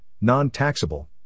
non-taxable